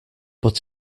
but